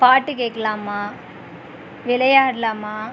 பாட்டு கேட்கலாமா விளையாட்லாமா